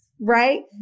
right